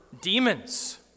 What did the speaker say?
demons